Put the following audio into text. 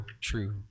true